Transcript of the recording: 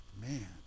Man